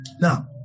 Now